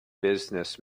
business